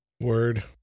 Word